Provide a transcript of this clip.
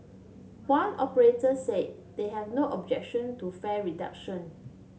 one operator said they have no objection to fare reduction